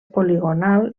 poligonal